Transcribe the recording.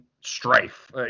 strife